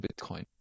bitcoin